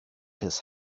his